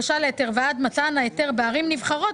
הבקשה בערים נבחרות,